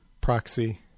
proxy